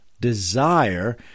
desire